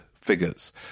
figures